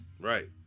Right